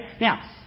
Now